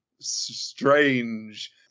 Strange